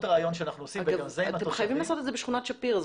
אתם חייבים לעשות את זה בשכונת שפירא.